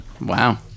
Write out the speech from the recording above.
Wow